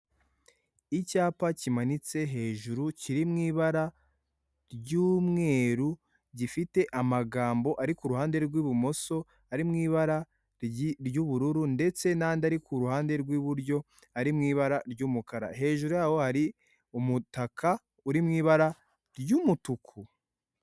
Icyapa kimanitse hejuru kiri mu ibara ry'umweru gifite amagambo ari ku ruhande rw'ibumoso ari mu ibara ryi ry'ubururu ndetse n'andi ari ku ruhande rw'iburyo ari mu ibara ry'umakara, hejuru y'aho hari umutaka uri mu ibara ry'umutuku.